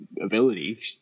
ability